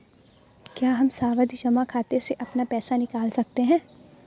क्या हम सावधि जमा खाते से अपना पैसा निकाल सकते हैं?